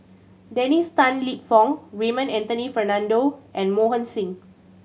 Dennis Tan Lip Fong Raymond Anthony Fernando and Mohan Singh